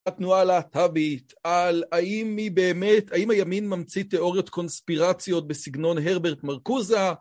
התנועה הלהטבית על האם היא באמת, האם הימין ממציא תיאוריות קונספירציות בסגנון הרברט מרקוזה